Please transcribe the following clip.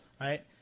right